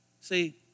See